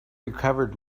recovered